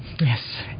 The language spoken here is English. Yes